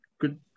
Good